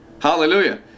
Hallelujah